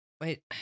wait